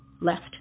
left